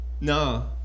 No